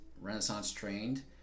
renaissance-trained